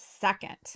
second